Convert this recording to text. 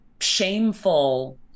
shameful